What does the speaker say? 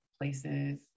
places